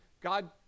God